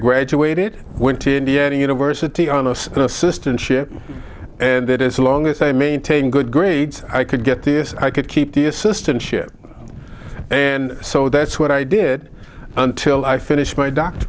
graduated went to indiana university on those assistantship and that as long as i maintain good grades i could get this i could keep the assistantship and so that's what i did until i finished my doctor